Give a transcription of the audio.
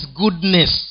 goodness